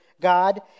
God